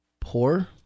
poor